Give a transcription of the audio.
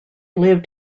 lived